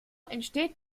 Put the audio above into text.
entsteht